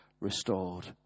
restored